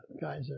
guys